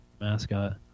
mascot